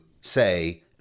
say